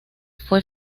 fue